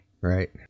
right